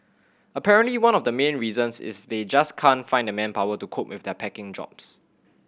apparently one of the main reasons is they just can't find the manpower to cope with their packing jobs